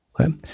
okay